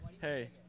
Hey